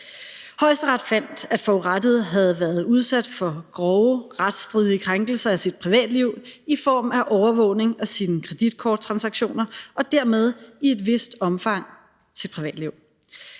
Højesteret fandt, at forurettede havde været udsat for grove retsstridige krænkelser af sit privatliv i form af overvågning af sine kreditkorttransaktioner og dermed i et vist omfang sit privatliv.